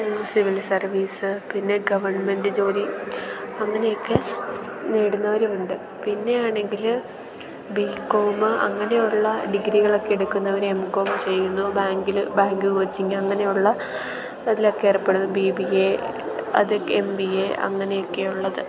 civil service പിന്നെ government ജോലി അങ്ങനെയൊക്കെ നേടുന്നവരുണ്ട് പിന്നെ ആണെങ്കിൽ ബികോമ് അങ്ങനെയൊള്ള ഡിഗ്രികളൊക്കെ എടുക്കുന്നവർ എംകോം ചെയ്യുന്നു ബാങ്കിൽ ബാങ്ക് കോച്ചിങ് അങ്ങനെയുള്ള അതിലൊക്കെ ഏർപ്പെടുന്നു ബി ബി എ അത് എം ബി എ അങ്ങനെയൊക്കെ ഉള്ളത്